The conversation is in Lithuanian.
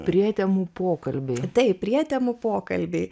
prietemų pokalbiai taip prietemų pokalbiai